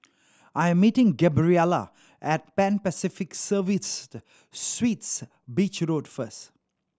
I am meeting Gabriela at Pan Pacific Serviced Suites Beach Road first